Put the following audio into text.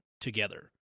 together